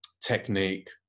technique